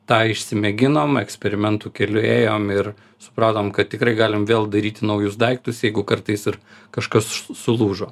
tą išsimėginom eksperimentų keliu ėjom ir supratom kad tikrai galim vėl daryti naujus daiktus jeigu kartais ir kažkas sulūžo